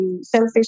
selfish